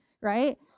right